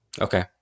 Okay